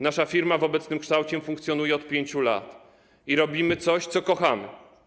Nasza firma w obecnym kształcie funkcjonuje od 5 lat i robimy coś, co kochamy.